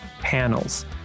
panels